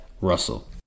Russell